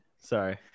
Sorry